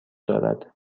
دارد